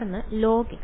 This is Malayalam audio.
തുടർന്ന് log